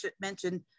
mentioned